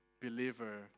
believer